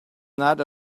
not